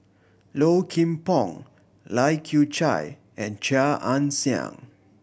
Low Kim Pong Lai Kew Chai and Chia Ann Siang